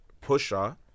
Pusher